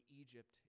Egypt